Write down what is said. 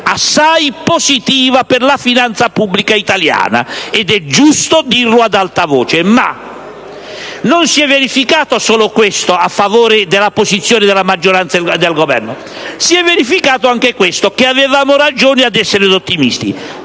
assai positiva per la finanza pubblica italiana, ed è giusto dirlo ad alta voce. Ma non si è verificato solo questo a favore della posizione della maggioranza e del Governo: si è anche avuta conferma che avevano ragione ad essere ottimisti.